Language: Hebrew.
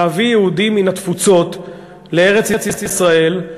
להביא יהודים מהתפוצות לארץ-ישראל.